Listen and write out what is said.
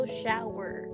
shower